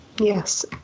Yes